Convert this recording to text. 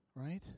Right